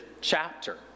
chapter